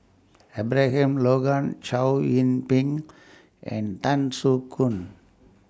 Abraham Logan Chow Yian Ping and Tan Soo Khoon